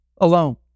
alone